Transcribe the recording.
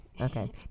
okay